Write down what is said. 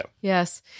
Yes